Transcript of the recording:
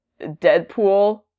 deadpool